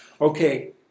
Okay